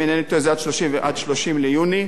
אם אינני טועה, זה עד 30 ביוני,